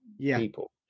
people